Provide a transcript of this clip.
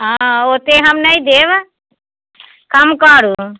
हँ ओतेक हम नहि देब कम करू